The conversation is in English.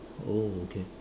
oh okay